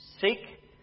Seek